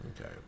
Okay